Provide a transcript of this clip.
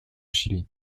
chili